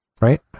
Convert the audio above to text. Right